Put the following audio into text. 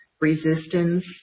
resistance